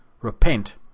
repent